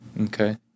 Okay